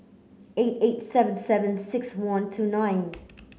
eight eight seven seven six one two nine